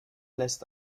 lässt